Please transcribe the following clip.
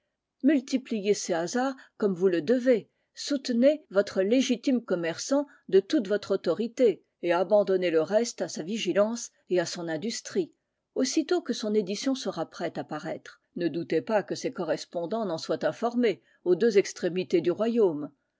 multipliez ses hasards comme vous le devez soutenez votre légitime commerçant de toute votre autorité et abandonnez le reste à sa vigilance et à son industrie aussitôt que son édition sera prête à paraître ne doutez pas que ses correspondants n'en soient informés aux deux extrémités du royaume